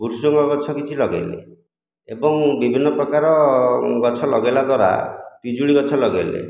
ଭୃସଙ୍ଗ ଗଛ କିଛି ଲଗେଇଲେ ଏବଂ ବିଭିନ୍ନ ପ୍ରକାର ଗଛ ଲଗାଇଲା ଦ୍ୱାରା ପିଜୁଳି ଗଛ ଲଗେଇଲେ